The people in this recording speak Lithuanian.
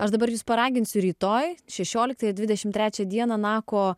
aš dabar jus paraginsiu rytoj šešioliktą ir dvidešim trečią dieną nako